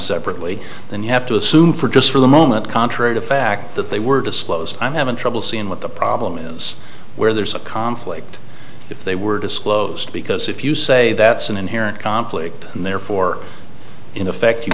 separately then you have to assume for just a moment contrary to fact that they were disclosed i'm having trouble seeing what the problem is where there's a conflict if they were disclosed because if you say that's an inherent conflict and therefore in effect you